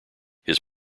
his